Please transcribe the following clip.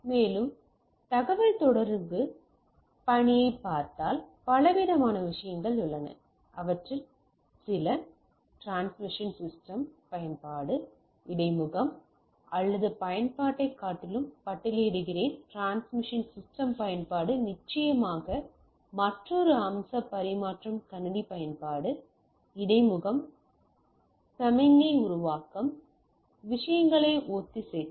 மேலும் தகவல்தொடர்பு பணியைப் பார்த்தால் பலவிதமான விஷயங்கள் உள்ளன அவற்றில் சில டிரான்ஸ்மிஷன் சிஸ்டம் பயன்பாடு இடைமுகம் அல்லது பயன்பாட்டைக் காட்டிலும் பட்டியலிடுகிறேன் டிரான்ஸ்மிஷன் சிஸ்டம் பயன்பாடு நிச்சயமாக மற்றொரு அம்ச பரிமாற்றம் கணினி பயன்பாடு இடைமுகம் சமிக்ஞை உருவாக்கம் விஷயங்களை ஒத்திசைத்தல்